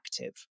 active